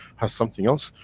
has something else,